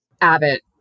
Abbott